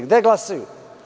Gde glasaju?